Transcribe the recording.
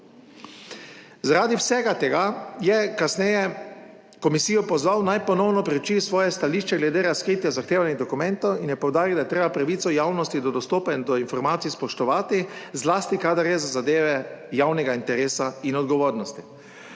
Zaradi vsega tega je kasneje komisijo pozval, naj ponovno preuči svoje stališče glede razkritja zahtevanih dokumentov in je poudaril, da je treba pravico javnosti do dostopa in do informacij spoštovati, zlasti kadar gre za zadeve javnega interesa in odgovornosti.